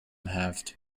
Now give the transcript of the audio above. halved